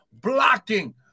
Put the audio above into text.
blocking